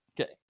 okay